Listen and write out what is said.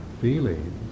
feelings